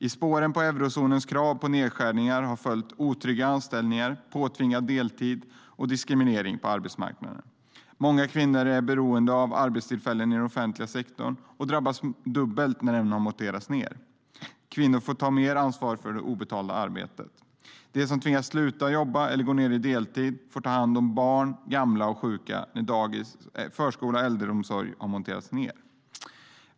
I spåren av eurozonens krav på nedskärningar följer otrygga anställningar, påtvingad deltid och diskriminering på arbetsmarknaden. Många kvinnor är beroende av arbetstillfällen i den offentliga sektorn och drabbas dubbelt när den monteras ned. Kvinnor får ta mer ansvar för det obetalda arbetet. De som tvingas sluta jobba eller gå ned till deltid får ta hand om barn, gamla och sjuka när förskola och äldreomsorg har monterats ned.